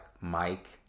Mike